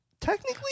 technically